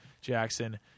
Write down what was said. Jackson